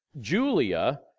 Julia